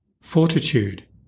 Fortitude